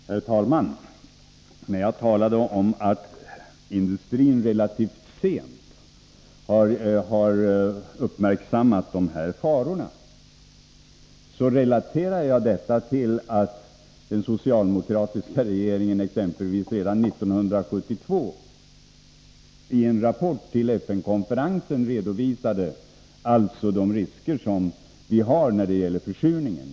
Herr talman! När jag talade om att industrin ganska sent har uppmärksammat de här farorna relaterade jag det till att den socialdemokratiska regeringen exempelvis redan 1972 i en rapport till FN-konferensen redovisade de risker som fanns i fråga om försurning.